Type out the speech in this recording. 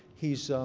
he's